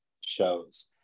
shows